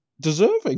deserving